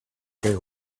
bear